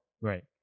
Right